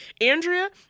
Andrea